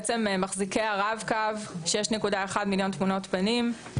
מחזיקי ה"רב-קו", 6.1 מיליון תמונות פנים,